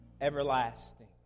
everlasting